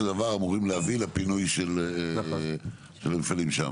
דבר אמורים לאפשר את הפינוי של המפעלים שם.